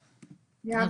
בתל-אביב.